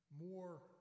more